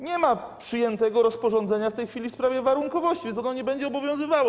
Nie ma przyjętego rozporządzenia w tej chwili w sprawie warunkowości, więc ono nie będzie obowiązywało.